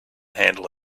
handle